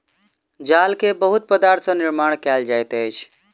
जाल के बहुत पदार्थ सॅ निर्माण कयल जाइत अछि